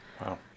Wow